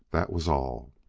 that was all.